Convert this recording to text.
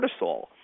cortisol